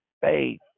faith